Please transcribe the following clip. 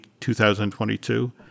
2022